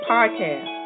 Podcast